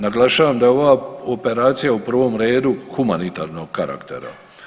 Naglašavam da je ova operacija, u prvom redu humanitarnog karaktera.